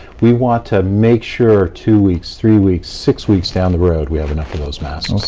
we want to make sure two weeks, three weeks, six weeks down the road we have enough of those masks. okay,